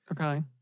Okay